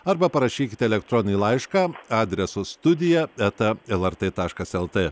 arba parašykite elektroninį laišką adresu studija eta el er tė taškas el tė